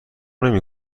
نمی